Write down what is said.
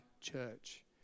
church